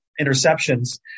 interceptions